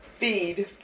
feed